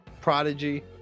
prodigy